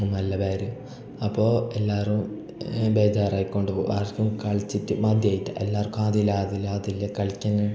നല്ല ബെഹറിൻ അപ്പോൾ എല്ലാവരും ബേജാറായിക്കൊണ്ട് പോകും ആർക്കും കളിച്ചിട്ട് മതിയായിട്ട് എല്ലാവർക്കും ആദില്ല ആദില്ല ആദില്ല കളിക്കാൻ